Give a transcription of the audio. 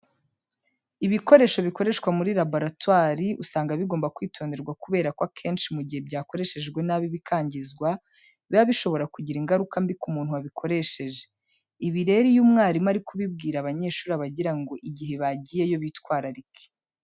Ibikoresho bikoreshwa muri laboratwari, usanga bigomba kwitonderwa kubera ko akenshi mu gihe byakoreshejwe nabi bikangizwa, biba bishobora kugira ingaruka mbi ku muntu wabikoresheje. Ibi rero iyo umwarimu ari kubibwira abanyeshuri aba agira ngo igihe bagiyeyo bitwararike.